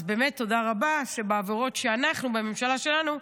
אז באמת תודה רבה שבעבירות שבממשלה שלנו,